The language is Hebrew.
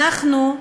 אנחנו,